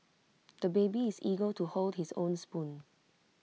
the baby is eager to hold his own spoon